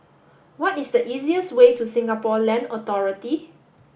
what is the easiest way to Singapore Land Authority